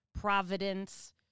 providence